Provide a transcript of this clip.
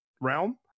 realm